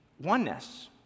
oneness